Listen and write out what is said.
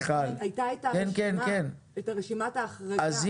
הייתה רשימת החרגה.